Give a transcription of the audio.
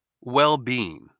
well-being